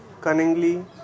cunningly